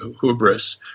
hubris